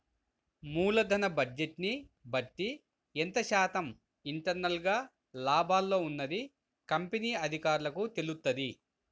మూలధన బడ్జెట్ని బట్టి ఎంత శాతం ఇంటర్నల్ గా లాభాల్లో ఉన్నది కంపెనీ అధికారులకు తెలుత్తది